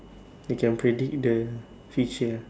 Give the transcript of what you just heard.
you can predict the future ah